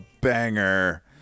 banger